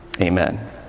Amen